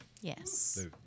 Yes